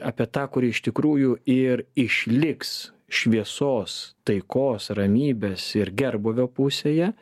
apie tą kuri iš tikrųjų ir išliks šviesos taikos ramybės ir gerbūvio pusėje